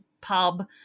pub